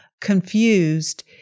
confused